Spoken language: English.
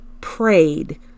prayed